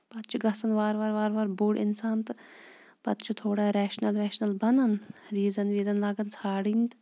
پتہٕ چھُ گژھان وارٕ وارٕ وارٕ وارٕ بوٚڈ اِنسان تہٕ پَتہٕ چھِ تھوڑا ریشنَل ویشنَل بَنان ریٖزَن ویٖزَن لاگان ژھانٛڈٕنۍ تہٕ